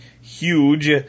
huge